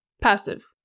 passive